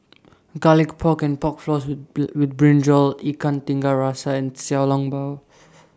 Garlic Pork and Pork Floss with with Brinjal Ikan Tiga Rasa and Xiao Long Bao